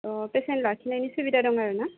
अ patient लाखिनायनि सुबिदा दङो आरो ना